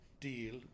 deal